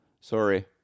sorry